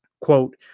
Quote